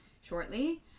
shortly